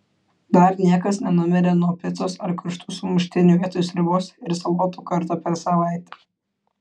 dar niekas nenumirė nuo picos ar karštų sumuštinių vietoj sriubos ir salotų kartą per savaitę